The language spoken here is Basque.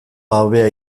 hobea